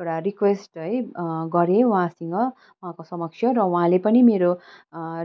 एउटा रिक्वेस्ट है गरेँ उहाँसँग उहाँको समक्ष र उहाँले पनि मेरो